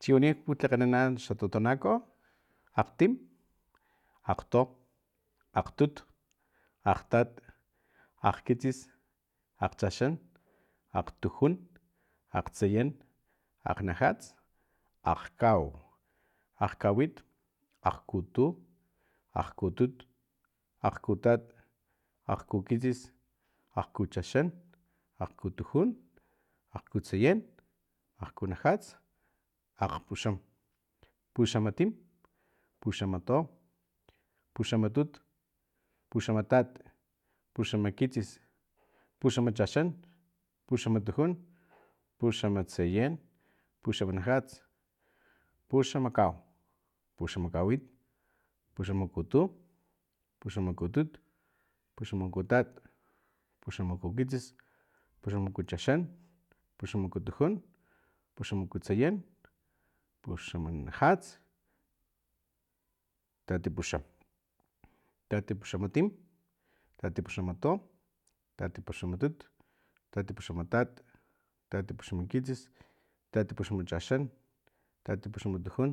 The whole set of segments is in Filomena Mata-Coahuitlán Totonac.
Chiwani putlakganana xa totonaco akgtim akgto. akgtut. akgtati akgkitsis akgchaxan akgtujun akgtsayan akgnajats akgkau akgkawit akgkutu akgkutut akgkutat akgkukitsis akgkuchaxan akgkutujun akgkutsayan akgkunajats akgapuxam pixamatim puxamato puxamatut paxamatat puxamakitsis puxamachaxan puxamatujun puxamatsayan puxama najats puxamakau puxamakawit puxamakuto puxamakutat puxamakukitsis puxamakuchaxan puxamakutujun puxamakutsayan puxamakunajats tatipuxam tatipuxamatim tatipuxamato tatipuxamatut tatipuxamatat tatipuxamakitsis tatipuxamachaxan tatipuxamtujun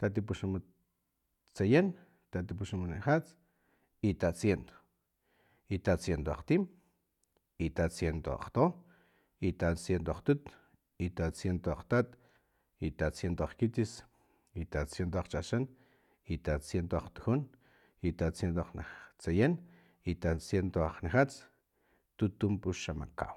tatipuxamtsayan tatipuxananajats itatsient atatsiento akgtim itatsientoakgto itatsientoakgtutu itatsientoakgtat itatsientoakgkitsis itatsientoakgchaxan itatsiento akgtujun itatcientoakgtsayan itatsiento akgnajats tutunpaxama kau